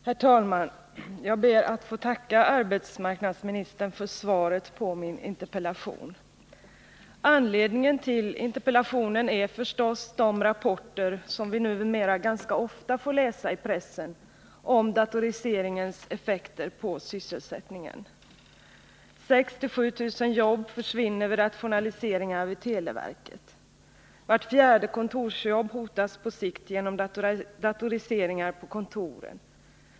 Herr talman! Jag ber att få tacka arbetsmarknadsministern för svaret på min interpellation. Anledningen till interpellationen är förstås de rapporter som vi numera ganska ofta får läsa i pressen om datoriseringens effekter på sysselsättningen. 6 000-7 000 jobb försvinner vid rationaliseringar vid televerket. Vart fjärde kontorsjobb hotas på sikt genom datoriseringar på kontoren.